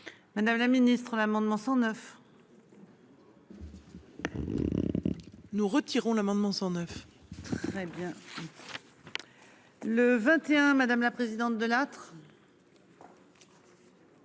Madame la Ministre l'amendement 109. Nous retirons l'amendement 109. Très bien. Le 21, madame la présidente Delattre.